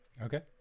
Okay